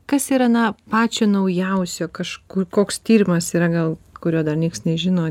kas yra na pačio naujausio kažkur koks tyrimas yra gal kurio dar nieks nežino